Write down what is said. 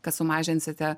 kad sumažinsite